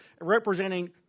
representing